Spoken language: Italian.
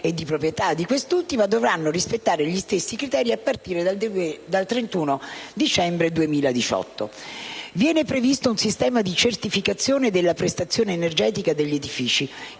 e di proprietà di queste ultime dovranno rispettare gli stessi criteri a partire dal 31 dicembre 2018. Viene previsto un sistema di certificazione della prestazione energetica degli edifici,